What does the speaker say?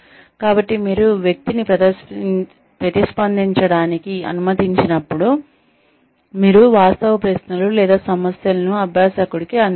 కాబట్టి మీరు వ్యక్తిని ప్రతిస్పందించడానికి అనుమతించినప్పుడు మీరు వాస్తవ ప్రశ్నలు లేదా సమస్యలను అభ్యాసకుడికి అందిస్తారు